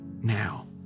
now